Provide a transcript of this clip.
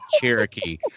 Cherokee